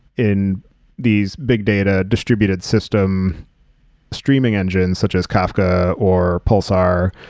in these big data distributed system streaming engines, such as kafka or pulsar,